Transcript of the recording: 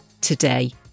today